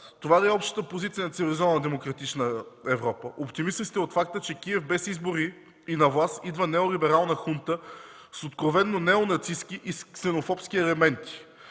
Това ли е общата позиция на цивилизована демократична Европа? Оптимист ли сте от факта, че в Киев без избори на власт идва неолиберална хунта с откровено неонацистки и с ксенофобски елементи?